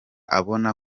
abona